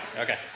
Okay